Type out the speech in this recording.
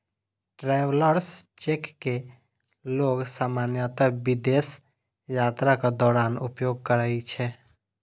travellers cheque कें लोग सामान्यतः विदेश यात्राक दौरान उपयोग करै छै